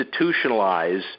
institutionalize